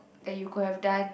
that you could have done